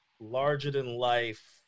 larger-than-life